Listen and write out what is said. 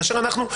כאשר אנחנו,